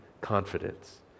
confidence